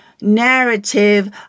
narrative